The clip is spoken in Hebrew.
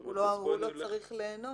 הוא לא צריך ליהנות.